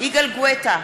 יגאל גואטה,